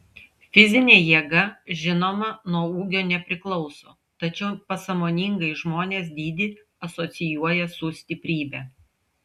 fizinė jėga žinoma nuo ūgio nepriklauso tačiau pasąmoningai žmonės dydį asocijuoja su stiprybe